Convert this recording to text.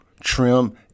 trim